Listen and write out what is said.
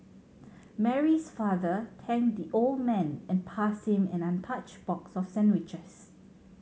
Mary's father ten the old man and passed him an untouched box of sandwiches